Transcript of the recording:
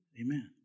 Amen